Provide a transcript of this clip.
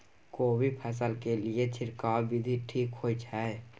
कोबी फसल के लिए छिरकाव विधी ठीक होय छै?